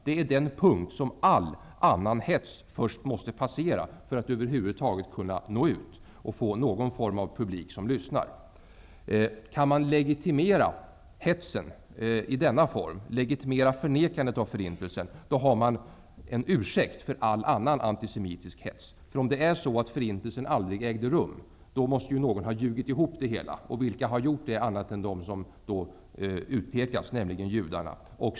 Det är den punkt som all annan hets först måste passera för att över huvud taget kunna nå ut till en lyssnande publik. Om hetsen i denna form och förnekandet av förintelsen kan legitimeras, har man en ursäkt för all annan antisemitisk hets. Om förintelsen aldrig ägt rum, måste ju några ha ljugit ihop det hela. Vilka har då gjort det? Kan det vara några andra än dem som utpekas, nämligen judarna?